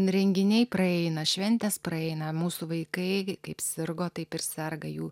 renginiai praeina šventės praeina mūsų vaikai kaip sirgo taip ir serga jų